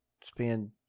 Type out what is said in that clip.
spend